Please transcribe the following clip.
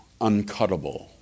uncuttable